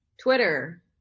Twitter